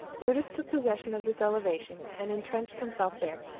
brutus took possession of this elevation, and intrenched himself there.